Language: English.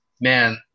Man